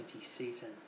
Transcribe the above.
season